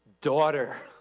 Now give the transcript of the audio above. daughter